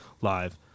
live